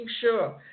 sure